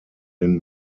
den